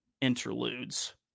interludes